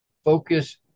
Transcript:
focus